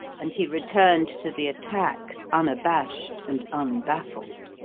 and he returned to the attack, unabashed and unbaffled.